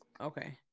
okay